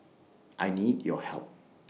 I need your help